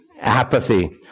Apathy